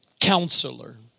counselor